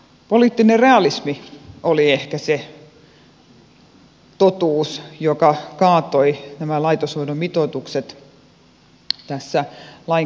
poliittinen realismi oli ehkä se totuus joka kaatoi nämä laitoshoidon mitoitukset tässä lain käsittelyvaiheessa